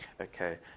Okay